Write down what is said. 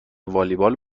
والیبال